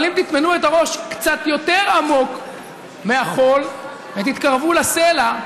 אבל אם תטמנו את הראש קצת יותר עמוק מהחול ותתקרבו לסלע,